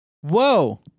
whoa